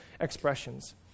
expressions